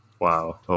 Wow